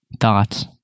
thoughts